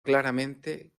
claramente